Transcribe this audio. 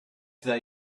they